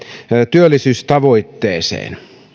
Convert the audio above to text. työllisyystavoitteeseen